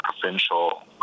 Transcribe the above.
provincial